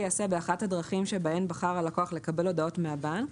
ייעשה באחת הדרכים שבהן בחר הלקוח לקבל הודעות מהבנק,